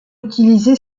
utilisé